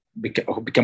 become